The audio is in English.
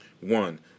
one